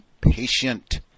patient